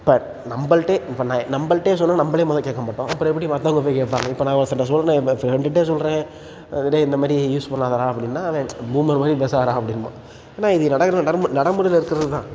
இப்போ நம்மள்ட்டே இப்போ நான் நம்மள்ட்டே சொன்னால் நம்மளே மொதல் கேட்க மாட்டோம் அப்புறம் எப்படி மற்றவங்க போய் கேட்பாங்க இப்போ நான் ஒருத்தாண்ட்ட சொல்கிறேன் இப்போ ஃப்ரெண்டுகிட்டே சொல்கிறேன் அது டேய் இந்த மாதிரி யூஸ் பண்ணாதேடா அப்படின்னா அவன் பூமர் மாதிரி பேசாதடா அப்படின்பான் ஆனால் இது நடக்கிறது தான் நடமு நடைமுறையில இருக்கிறது தான்